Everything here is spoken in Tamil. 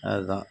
அது தான்